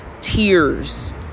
tears